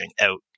out